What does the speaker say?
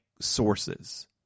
Sources